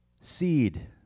seed